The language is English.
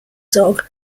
dog